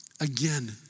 again